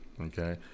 Okay